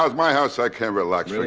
ah my house i can't relax.